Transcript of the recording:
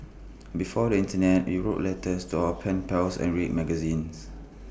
before the Internet we wrote letters to our pen pals and read magazines